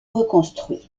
reconstruits